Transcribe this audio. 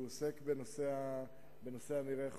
בנושא המרעה,